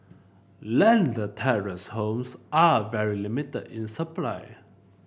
landed terrace homes are very limited in supply